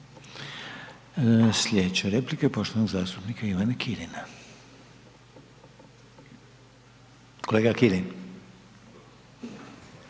Slijedeća replika je poštovanog zastupnika Ivana Kirina. **Kirin,